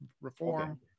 reform